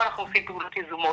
פה אנחנו עושים פעולות יזומות,